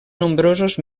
nombrosos